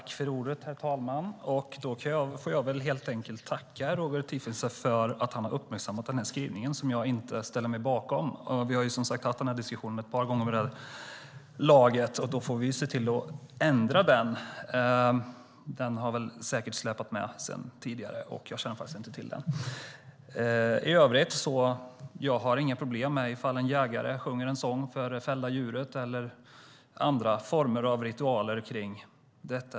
Herr talman! Jag får väl helt enkelt tacka Roger Tiefensee för att han har uppmärksammat den skrivningen, som jag inte ställer mig bakom. Vi har som sagt haft den här diskussionen ett par gånger vid det här laget. Då får vi se till att ändra den formuleringen. Den har säkert släpat med sedan tidigare, och jag kände faktiskt inte till den. I övrigt har jag inga problem med om en jägare sjunger en sång för det fällda djuret eller andra former av ritualer kring detta.